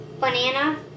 banana